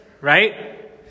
Right